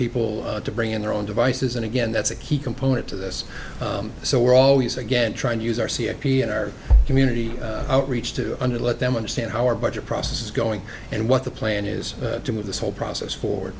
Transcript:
people to bring in their own devices and again that's a key component to this so we're always again trying to use our c h p and our community outreach to under let them understand how our budget process is going and what the plan is to move this whole process for